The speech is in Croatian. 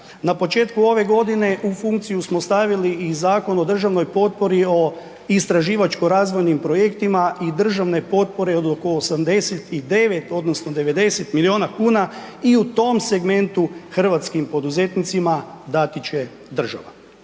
na početku ove godine u funkciju smo stavili i Zakon o državnoj potpori o istraživačko razvojnim projektima i državne potpore od oko 89, odnosno 90 milijuna kuna i u tom segmentu hrvatskim poduzetnicima dati će država.